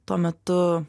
tuo metu